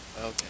okay